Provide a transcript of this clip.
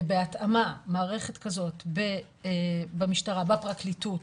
ובהתאמה מערכת כזאת במשטרה, בפרקליטות,